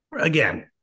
again